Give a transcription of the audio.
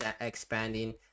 expanding